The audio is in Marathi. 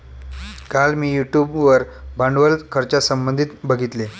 काल मी यूट्यूब वर भांडवल खर्चासंबंधित बघितले